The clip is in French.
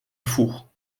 four